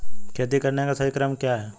खेती करने का सही क्रम क्या है?